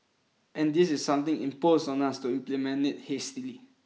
and this is something imposed on us to implement it hastily